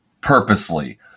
purposely